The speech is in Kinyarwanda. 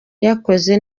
yakoze